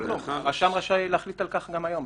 הרשם רשאי להחליט על כך גם היום,